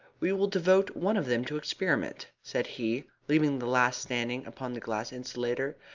we will devote one of them to experiment, said he, leaving the last standing upon the glass insulator.